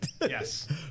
yes